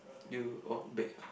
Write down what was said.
do you orh bake ah